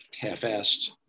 half-assed